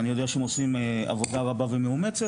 אני יודע שהם עושים עבודה רבה ומאומצת.